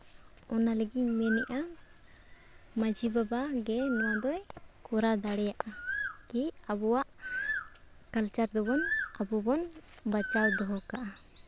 ᱚᱱᱟ ᱞᱟᱹᱜᱤᱫ ᱤᱧ ᱢᱮᱱᱮᱫᱼᱟ ᱢᱟᱺᱡᱷᱤ ᱵᱟᱵᱟ ᱜᱮ ᱱᱚᱣᱟ ᱫᱚᱭ ᱠᱚᱨᱟᱣ ᱫᱟᱲᱮᱭᱟᱜᱼᱟ ᱠᱤ ᱟᱵᱚᱣᱟᱜ ᱠᱟᱞᱪᱟᱨ ᱫᱚᱵᱚᱱ ᱟᱵᱚ ᱵᱚᱱ ᱵᱟᱧᱪᱟᱣ ᱫᱚᱦᱚ ᱠᱟᱜᱼᱟ